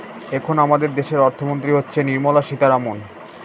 এখন আমাদের দেশের অর্থমন্ত্রী হচ্ছেন নির্মলা সীতারামন